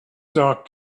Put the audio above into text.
talk